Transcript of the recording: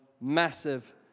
massive